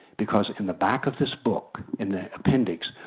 because in the back of this book in the appendix,